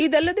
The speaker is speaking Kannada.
ಇದಲ್ಲದೆ